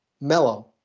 mellow